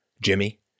Jimmy